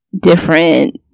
different